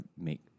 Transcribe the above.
make